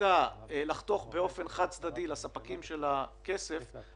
מחליטה לחתוך באופן חד-צדדי לספקים שלה כסף,